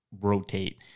rotate